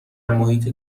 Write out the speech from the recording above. محیط